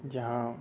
جہاں